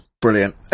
brilliant